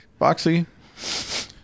boxy